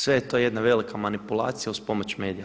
Sve je to jedna velika manipulacija uz pomoć medija.